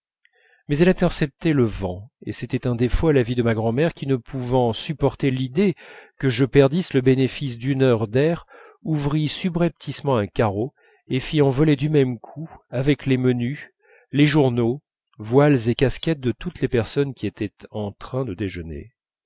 mais elle interceptait le vent et c'était un défaut à l'avis de ma grand'mère qui ne pouvant supporter l'idée que je perdisse le bénéfice d'une heure d'air ouvrit subrepticement un carreau et fit envoler du même coup avec les menus les journaux voiles et casquettes de toutes les personnes qui étaient en train de déjeuner